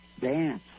dance